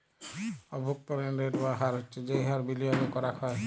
অব্ভন্তরীন রেট বা হার হচ্ছ যেই হার বিলিয়গে করাক হ্যয়